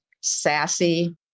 sassy